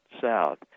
south